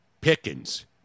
Pickens